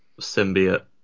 Symbiote